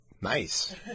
Nice